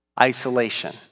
Isolation